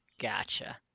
Gotcha